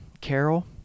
Carol